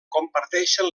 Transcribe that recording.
comparteixen